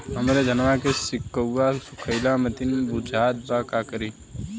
हमरे धनवा के सीक्कउआ सुखइला मतीन बुझात बा का करीं?